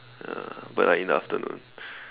ya but like in the afternoon